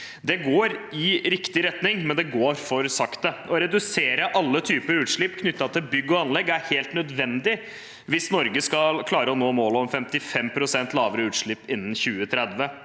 Det går i riktig retning, men det går for sakte. Å redusere alle typer utslipp knyttet til bygg og anlegg er helt nødvendig hvis Norge skal klare å nå målet om 55 pst. lavere utslipp innen 2030.